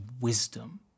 wisdom